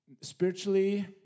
Spiritually